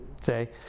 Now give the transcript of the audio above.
say